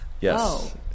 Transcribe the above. Yes